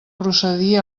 procedir